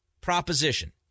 proposition